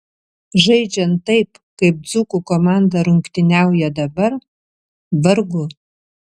žaidžiant taip kaip dzūkų komanda rungtyniauja dabar vargu